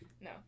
no